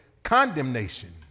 condemnation